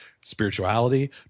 spirituality